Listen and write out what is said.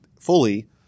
fully